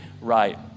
right